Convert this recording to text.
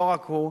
ולא רק הוא.